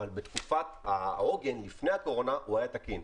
אבל בתקופת העוגן לפני הקורונה הוא היה תקין,